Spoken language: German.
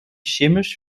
chemisch